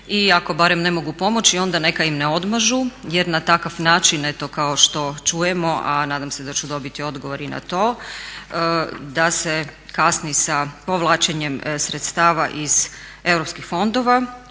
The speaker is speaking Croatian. I ako barem ne mogu pomoći onda neka im ne odmažu jer na takav način eto kao što čujemo a nadam se da ću dobiti odgovor i na to da se kasni sa povlačenjem sredstava iz europskih fondova